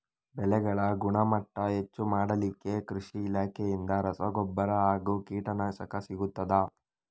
ಬೆಳೆಗಳ ಗುಣಮಟ್ಟ ಹೆಚ್ಚು ಮಾಡಲಿಕ್ಕೆ ಕೃಷಿ ಇಲಾಖೆಯಿಂದ ರಸಗೊಬ್ಬರ ಹಾಗೂ ಕೀಟನಾಶಕ ಸಿಗುತ್ತದಾ?